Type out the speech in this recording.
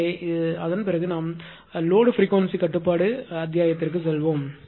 எனவே அதன் பிறகு நாம் லோடுப்ரீக்வென்சி கட்டுப்பாட்டு அத்தியாயத்திற்கு செல்வோம்